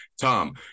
Tom